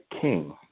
king